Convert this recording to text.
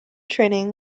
training